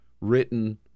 written